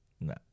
No